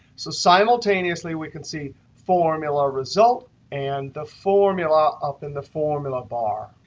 so simultaneously, we can see formula result and the formula up in the formula bar.